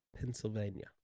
Pennsylvania